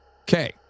Okay